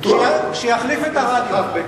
שיחליף את הרדיו.